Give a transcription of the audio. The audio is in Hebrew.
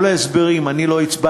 כל ההסברים: אני לא הצבעתי,